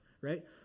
right